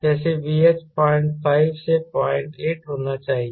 जैसे VH 05 से 08 होना चाहिए